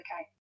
okay